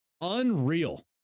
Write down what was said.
unreal